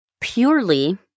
purely